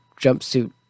Jumpsuit